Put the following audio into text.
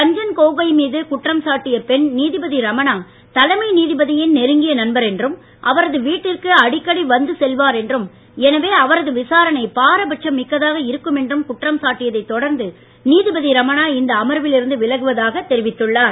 ரஞ்சன் கோகோய் மீது குற்றம் சாட்டிய பெண் நீதிபதி ரமணா தலைமை நீதிபதியின் நெருங்கிய நண்பர் என்றும் அவரது வீட்டிற்கு அடிக்கடி வந்து செல்வார் என்றும் எனவே அவரது விசாரணை பாரபட்சம் மிக்கதாக இருக்கும் என்று குற்றம் சாட்டியதை தொடர்ந்து நீதிபதி ரமணா இந்த அமர்வில் விலகுவதாக தெரிவித்துள்ளார்